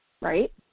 Right